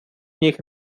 knih